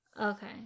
Okay